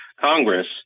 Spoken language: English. Congress